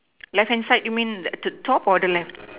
left hand side you mean like the top or the left